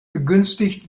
begünstigt